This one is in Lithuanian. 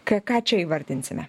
ką ką čia įvardinsime